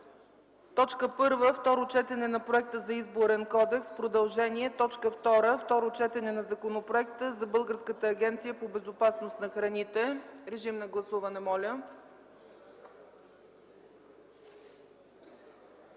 следва: 1. Второ четене на проекта за Изборен кодекс – продължение. 2. Второ четене на Законопроекта за Българската агенция по безопасност на храните. Моля, режим на гласуване.